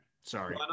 sorry